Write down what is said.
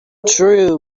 true